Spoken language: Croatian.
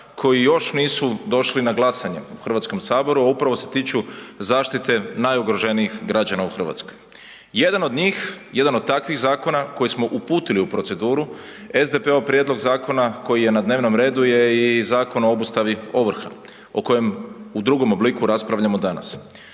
koji još nisu došli na glasanje u Hrvatskom saboru, a upravo se tiču zaštite najugroženijih građana Hrvatskoj. Jedan od njih, jedan od takvih zakona koje smo uputili u proceduru, SDP-ov prijedlog zakona koji je na dnevnom redu je i Zakon o obustavi ovrha o kojem u drugom obliku raspravljamo danas.